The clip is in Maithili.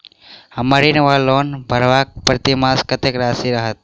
हम्मर ऋण वा लोन भरबाक प्रतिमास कत्तेक राशि रहत?